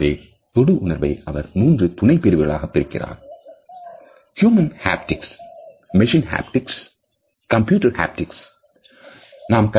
எனவே தொடு உணர்வை அவர் 3 துணைபிரிவுகளாக பிரிக்கிறார் human haptics Human Haptics machine haptics Machine Haptics and computer haptics Haptics